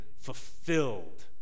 fulfilled